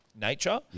nature